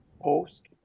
post